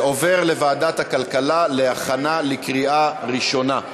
זה עובר לוועדת הכלכלה להכנה לקריאה ראשונה.